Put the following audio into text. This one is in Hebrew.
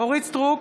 אורית מלכה סטרוק,